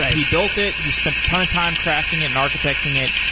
ah he built it. he spent a ton of time crafting it and architecting it,